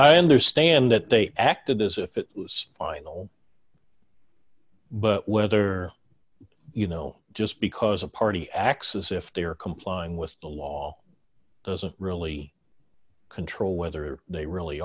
i understand that they acted as if it was final but whether you know just because a party acts as if they are complying with the law doesn't really control whether they really